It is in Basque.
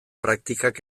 praktikak